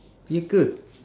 ye ke